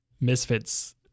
misfits